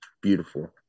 beautiful